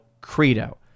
Credo